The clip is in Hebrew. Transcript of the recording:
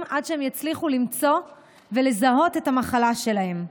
עד שהם יצליחו למצוא ולזהות את המחלה שלהם.